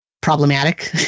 problematic